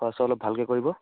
খোৱা চোৱা অলপ ভালকৈ কৰিব